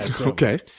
Okay